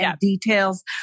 details